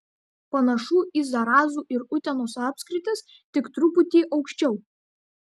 panašu į zarasų ir utenos apskritis tik truputį aukščiau